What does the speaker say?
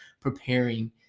preparing